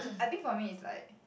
I think for me is like